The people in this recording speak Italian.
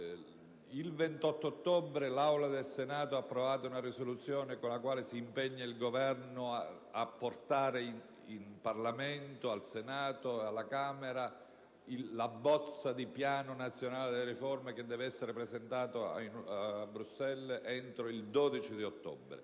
Il 28 ottobre l'Aula del Senato ha approvato una risoluzione con la quale si impegna il Governo a portare in Parlamento, al Senato e alla Camera, la bozza di Piano nazionale delle riforme che deve essere presentata a Bruxelles entro il 12 ottobre.